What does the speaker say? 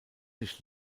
sich